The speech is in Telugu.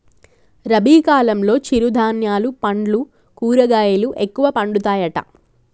రబీ కాలంలో చిరు ధాన్యాలు పండ్లు కూరగాయలు ఎక్కువ పండుతాయట